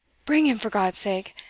bring him, for god's sake,